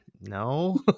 no